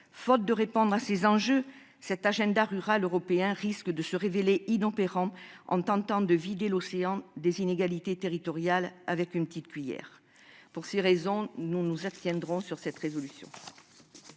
Faute de répondre à ces enjeux, cet agenda rural européen risque de se révéler inopérant, en tentant de vider l'océan des inégalités territoriales avec une petite cuiller ... Pour ces raisons, le groupe communiste républicain